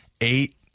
eight